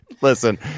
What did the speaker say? listen